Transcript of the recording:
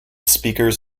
speakers